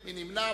מי נמנע?